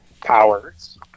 powers